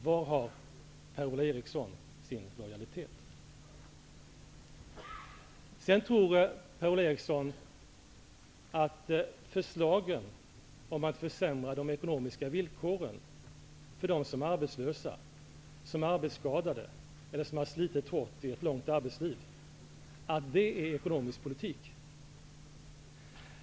Per-Ola Eriksson tror att förslaget om att försämra de ekonomiska villkoren för dem som är arbetslösa eller arbetsskadade eller har slitit hårt i ett långt arbetsliv är ekonomisk politik.